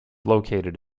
located